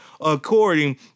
according